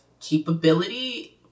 capability